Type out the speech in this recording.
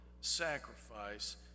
sacrifice